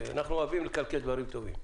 שאנחנו אוהבים לקלקל דברים טובים.